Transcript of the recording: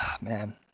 man